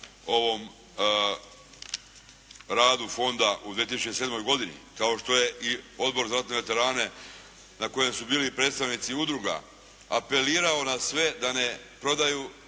ovom radu fonda u 2007. godini, kao što je i Odbor za ratne veterane na kojem su bili predstavnici udruga, apelirao na sve da ne prodaju